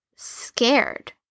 Scared